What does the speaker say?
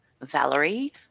Valerie